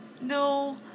no